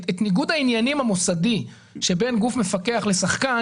את ניגוד העניינים המוסדי שבין גוף מפקח לשחקן,